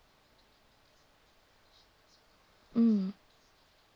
mm